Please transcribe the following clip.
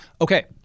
Okay